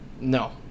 No